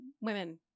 women